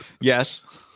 Yes